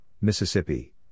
Mississippi